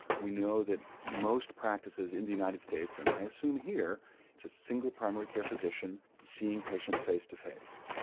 we know that most practices in the united states and i assume here to single primary care physician, seeing patients face to face.